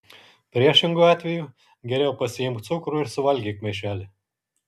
priešingu atveju geriau pasiimk cukrų ir suvalgyk maišelį